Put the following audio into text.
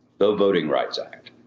the voting rights act,